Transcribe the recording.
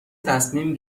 تصمیم